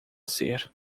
ser